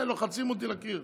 לוחצים אותי לקיר.